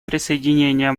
присоединение